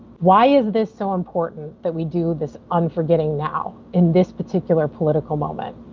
why is this so important that we do this unfor getting now in this particular political moment.